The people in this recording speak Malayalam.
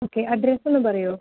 ഓക്കെ അഡ്രെസ്സ് ഒന്ന് പറയുമോ